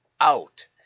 out